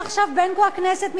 בין כה וכה הכנסת מתפזרת?